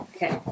Okay